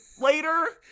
later